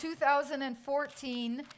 2014